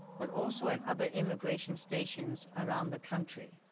but also at other immigration stations around the country.